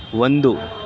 ಒಂದು